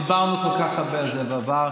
דיברנו כל כך הרבה על זה בעבר.